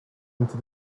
into